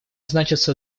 значатся